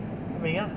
ah mi